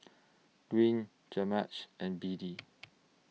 Green and Beadie